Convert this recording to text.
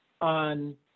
on